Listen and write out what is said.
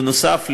בנוסף,